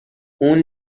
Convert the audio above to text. اون